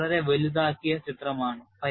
ഇത് വളരെ വലുതാക്കിയ ചിത്രമാണ്